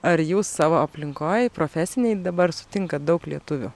ar jūs savo aplinkoj profesinėj dabar sutinkat daug lietuvių